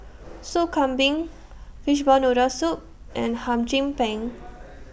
Sop Kambing Fishball Noodle Soup and Hum Chim Peng